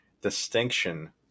distinction